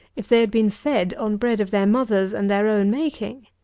if they had been fed on bread of their mother's and their own making.